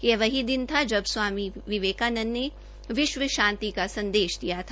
यह वही दिन था जब स्वामी विवेकानद्र ने विश्व शांति का संदेश दिया था